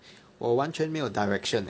我完全没有 direction leh